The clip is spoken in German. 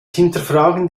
hinterfragen